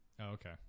okay